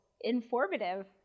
informative